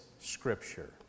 scripture